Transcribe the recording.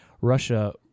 Russia